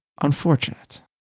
unfortunate